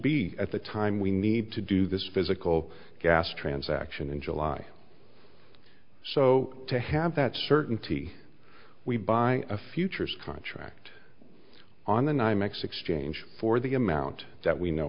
be at the time we need to do this physical gas transaction in july so to have that certainty we buy a futures contract on the ny mexico change for the amount that we know